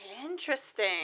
interesting